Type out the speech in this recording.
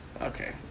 Okay